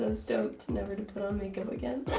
and stoked never to put on makeup again.